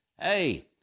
Hey